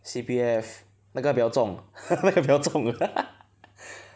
C_P_F 那个比较重 那个比较重